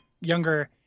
younger